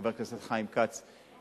חבר הכנסת חיים כץ,